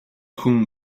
хүн